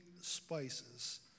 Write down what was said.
spices